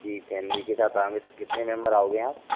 जी family के साथ आओगे कितने मेम्बर आओगे आप